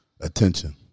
Attention